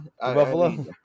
Buffalo